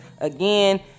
Again